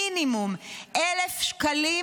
מינימום 1,000 שקלים,